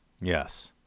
Yes